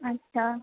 अच्छा